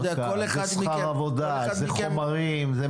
זה שכר עבודה, זה חומרים.